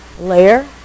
layer